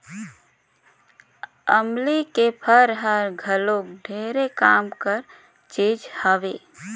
अमली के फर हर घलो ढेरे काम कर चीज हवे